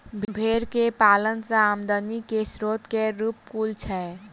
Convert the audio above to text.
भेंर केँ पालन सँ आमदनी केँ स्रोत केँ रूप कुन छैय?